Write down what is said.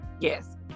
Yes